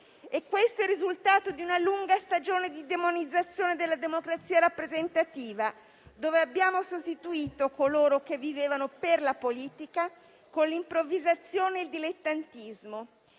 Questo è il risultato di una lunga stagione di demonizzazione della democrazia rappresentativa, nella quale abbiamo sostituito coloro che vivevano per la politica con l'improvvisazione e il dilettantismo